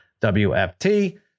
WFT